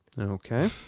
Okay